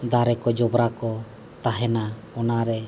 ᱫᱟᱨᱮ ᱠᱚ ᱡᱚᱵᱽᱨᱟ ᱠᱚ ᱛᱟᱦᱮᱱᱟ ᱚᱱᱟᱨᱮ